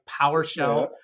PowerShell